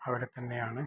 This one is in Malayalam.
അവിടെ തന്നെയാണ്